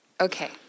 Okay